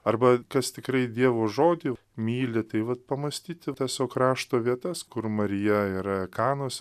arba kas tikrai dievo žodį myli tai vat pamąstyti tiesiog krašto vietas kur marija yra kanos